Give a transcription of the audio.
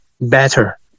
better